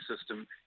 system